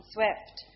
Swift